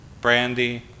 brandy